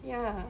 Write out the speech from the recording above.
ya